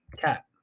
cat